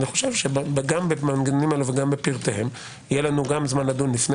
גם במנגנונים האלה וגם בפרטיהם יהיה לנו גם זמן דון לפני